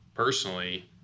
Personally